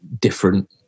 different